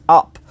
up